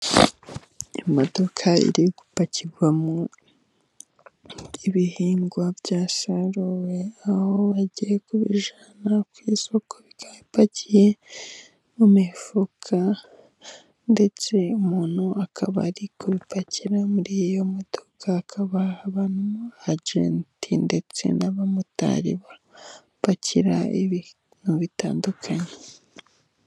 Imodoka iri gupakirwamo ibihingwa byasaruwe, aho bagiye kubijyana ku isoko bipakiye mu mifuka. Ndetse umuntu akaba ari gupakira muri iyo modoka hari abagenti ndetse n'abamotari bapakira ibintu bitandukanye.